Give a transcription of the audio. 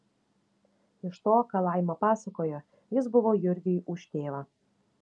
iš to ką laima pasakojo jis buvo jurgiui už tėvą